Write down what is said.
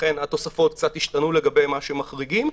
ולכן התוספות קצת השתנו לגבי מה שמחריגים.